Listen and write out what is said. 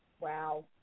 Wow